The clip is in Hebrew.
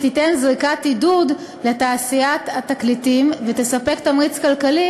תיתן זריקת עידוד לתעשיית התקליטים ותספק תמריץ כלכלי,